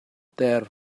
ter